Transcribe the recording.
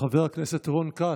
חבר הכנסת רון כץ,